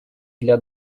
для